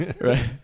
Right